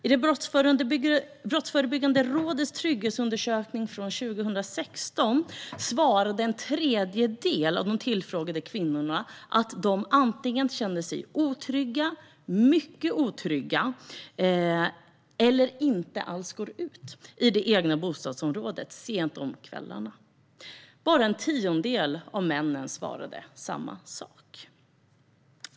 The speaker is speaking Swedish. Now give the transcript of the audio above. I Brottsförebyggande rådets trygghetsundersökning för 2016 svarade en tredjedel av de tillfrågade kvinnorna att de antingen kände sig otrygga, mycket otrygga eller att de inte alls går ut i det egna bostadsområdet sent om kvällarna. Bara en tiondel av männen svarade likadant.